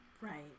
Right